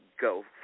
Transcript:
go